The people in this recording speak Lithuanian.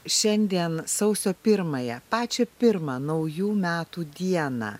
šiandien sausio pirmąją pačią pirmą naujų metų dieną